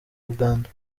uganda